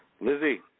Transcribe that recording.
Lizzie